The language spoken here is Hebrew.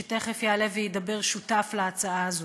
שתכף יעלה וידבר, והוא שותף להצעה הזאת.